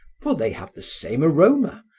for they have the same aroma,